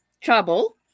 trouble